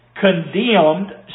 condemned